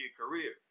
career